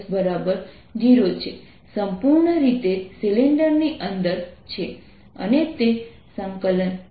ds0 છે સંપૂર્ણ રીતે સિલિન્ડરની અંદર છે અને તે M